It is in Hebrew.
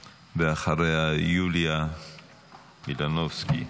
ואחריה, יוליה מלינובסקי.